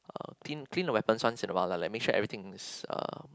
uh clean clean the weapons once in a while like make sure everything is uh